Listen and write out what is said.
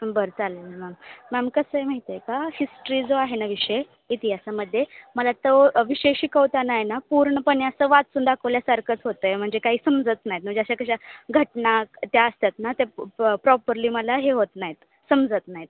बरं चालेल ma'am ma'am कसं आहे माहिती आहे का हिस्ट्री जो आहे ना विषय इतिहासामध्ये मला तो विषय शिकवताना आहे ना पूर्णपणे असं वाचून दाखवल्यासारखंच होतं आहे म्हणजे काही समजत नाही म्हणजे अशा कशा घटना त्या असतात ना त्या प प प्रॉपरली मला हे होत नाही आहेत समजत नाही आहेत